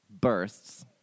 bursts